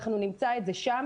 אנחנו נמצא את זה שם,